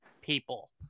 people